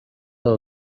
aho